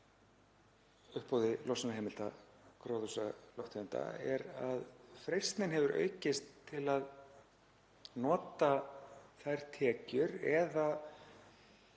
uppboði losunarheimilda gróðurhúsalofttegunda er að freistnin hefur aukist til að nota þær tekjur, eða